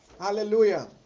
hallelujah